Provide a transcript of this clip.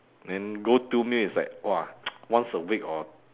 then go to meal is like !wah! once a week or